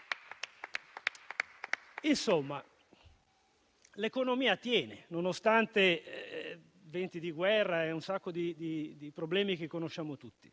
Insomma, l'economia tiene nonostante i venti di guerra e i molti altri problemi che conosciamo tutti.